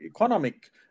economic